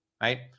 right